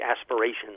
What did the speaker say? aspirations